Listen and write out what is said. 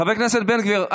חבר הכנסת בן גביר,